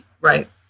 Right